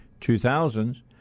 2000s